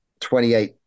28